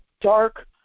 dark